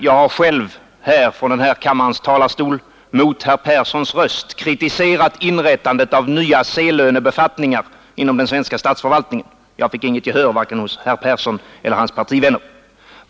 Jag har själv från denna kammares talarstol mot herr Perssons röst kritiserat inrättandet av nya C-lönebefattningar inom den svenska statsförvaltningen. Jag vann inget gehör hos vare sig herr Persson eller hans partivänner.